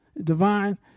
divine